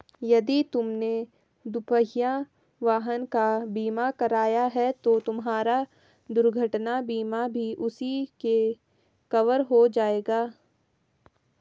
यदि तुमने दुपहिया वाहन का बीमा कराया है तो तुम्हारा दुर्घटना बीमा भी उसी में कवर हो जाएगा